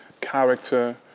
character